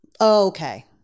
Okay